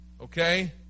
okay